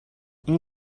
این